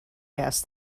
asked